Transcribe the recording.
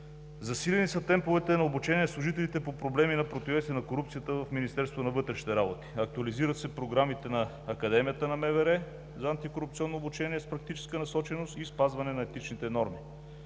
Засилени са темповете на обучение на служителите по проблеми на противодействие на корупцията в Министерството на вътрешните работи, актуализират се програмите на Академията на МВР за антикорупционно обучение с практическа насоченост и спазване на етичните норми.